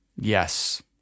Yes